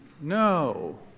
no